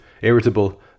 irritable